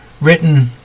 written